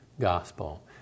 gospel